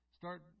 start